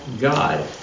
God